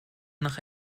nach